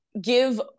give